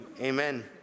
Amen